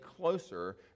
closer